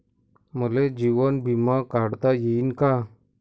मले जीवन बिमा काढता येईन का?